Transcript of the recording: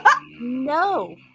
no